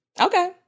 Okay